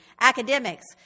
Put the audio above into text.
academics